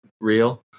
real